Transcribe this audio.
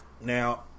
now